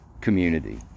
community